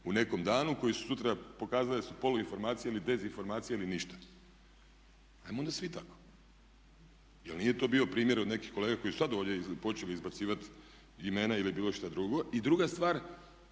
u nekom danu koje su sutra pokazale da su poluinformacije ili dezinformacije ili ništa? Ajmo onda svi tako jel nije to bio primjer od nekih kolega koji su sad ovdje počeli izbacivati imena ili bilo što drugo? I druga stvar,